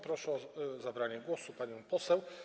Proszę o zabranie głosu panią poseł.